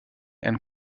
and